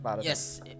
Yes